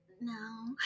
No